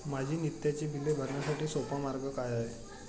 माझी नित्याची बिले भरण्यासाठी सोपा मार्ग काय आहे?